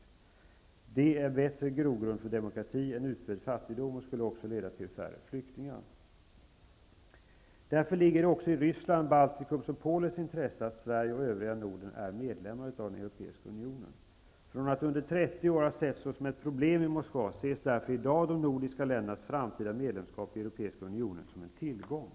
Dessa utgör en bättre grogrund för demokrati än utbredd fattigdom och skulle också leda till färre flyktingar. Därför ligger det också i Rysslands, Baltikums och Polens intresse att Sverige och övriga nordiska länder är medlemmar av Europeiska unionen. Efter att under 30 år ha setts som ett problem i Moskva, ses därför i dag de nordiska ländernas framtida medlemskap i EU som en tillgång.